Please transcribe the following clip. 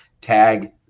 tag